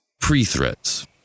pre-threats